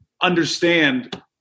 understand